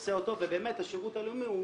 עושה אותו ובאמת השירות הלאומי הוא